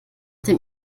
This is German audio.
dem